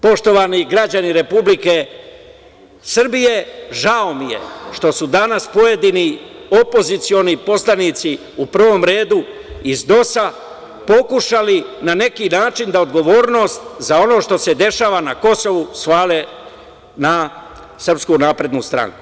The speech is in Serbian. Poštovani građani Republike Srbije, žao mi je što su danas pojedini opozicioni poslanici u prvom redu iz DOS pokušali na neki način da odgovornost za ono što se dešava na Kosovu svale na SNS.